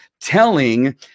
telling